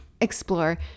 explore